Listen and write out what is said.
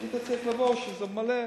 היית צריך לבוא כשזה מלא.